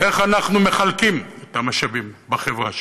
איך אנחנו מחלקים את המשאבים בחברה שלנו.